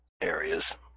areas